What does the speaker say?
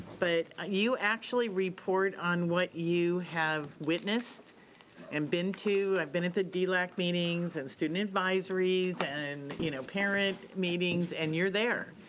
but ah you actually report on what you have witnessed and been to, been at the dlac meetings, and student advisories, and you know parent meetings, and you're there,